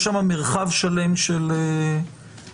יש שם מרחב שלם של גישות,